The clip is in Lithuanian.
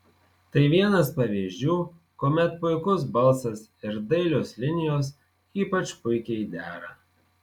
tai vienas pavyzdžių kuomet puikus balsas ir dailios linijos ypač puikiai dera